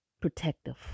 protective